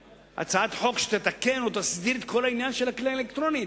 הצעת חוק שתתקן או תסדיר את כל העניין של הכליאה האלקטרונית,